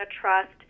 trust